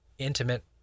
intimate